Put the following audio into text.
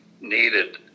needed